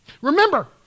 Remember